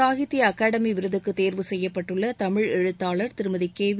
Sahitya academy விருதுக்கு தேர்வு செய்யப்பட்டுள்ள தமிழ் எழுத்தாளர் திருமதி கே வி